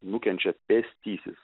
nukenčia pėstysis